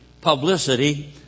publicity